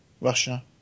Russia